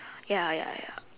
ya ya ya